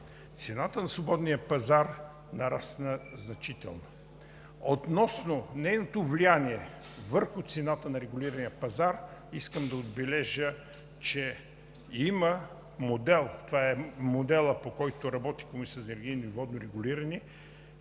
цената на свободния пазар нарасна значително. Относно нейното влияние върху цената на регулирания пазар, искам да отбележа, че има модел – по него работи Комисията за енергийно и водно регулиране,